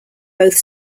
both